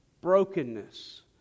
brokenness